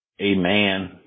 amen